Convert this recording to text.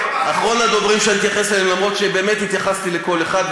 אף שבאמת התייחסתי לכל אחד,